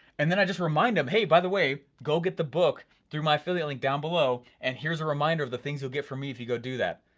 and then i just remind them, hey, by the way, go get the book through my affiliate link down below, and here's a reminder of the things you'll get from me if you go do that.